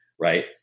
right